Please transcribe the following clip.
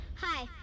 Hi